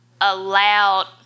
allowed